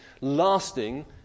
lasting